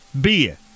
beer